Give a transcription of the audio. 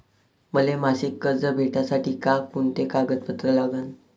मले मासिक कर्ज भेटासाठी का कुंते कागदपत्र लागन?